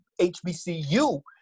HBCU